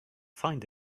find